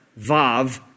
Vav